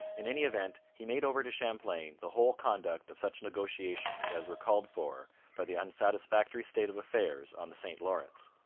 in any event, he made over to champlain the whole conduct of such negotiations as were called for by the unsatisfactory state of affairs on the st lawrence.